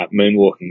moonwalking